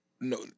No